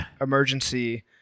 emergency